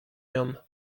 nią